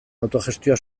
autogestioa